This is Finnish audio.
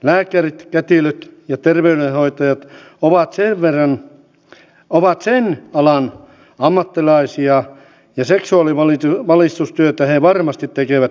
lääkärit kätilöt ja terveydenhoitajat ovat sen alan ammattilaisia ja seksuaalivalistustyötä he varmasti tekevät mielellään